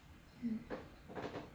mm